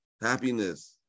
Happiness